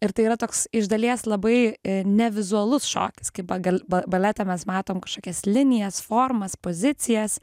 ir tai yra toks iš dalies labai ne vizualus šokis kaip bagal ba balete mes matom kažkokias linijas formas pozicijas